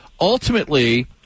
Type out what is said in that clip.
Ultimately